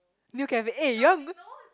you can eh you want go